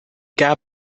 gap